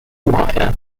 wire